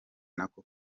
nako